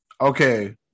Okay